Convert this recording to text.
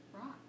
rock